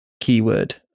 keyword